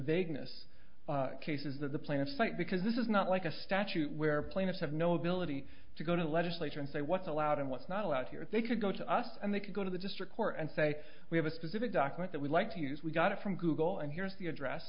vagueness cases that the plaintiffs cite because this is not like a statute where plaintiffs have no ability to go to the legislature and say what's allowed and what's not allowed here they could go to us and they could go to the district court and say we have a specific document that we like to use we got it from google and here's the address